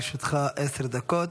לרשותך עשר דקות.